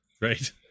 Right